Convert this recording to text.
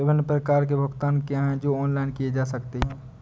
विभिन्न प्रकार के भुगतान क्या हैं जो ऑनलाइन किए जा सकते हैं?